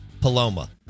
Paloma